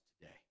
today